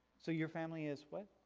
so your family is what?